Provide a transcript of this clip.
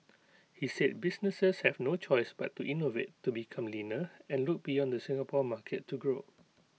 he said businesses have no choice but to innovate to become leaner and look beyond the Singapore market to grow